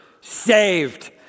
Saved